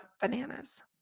bananas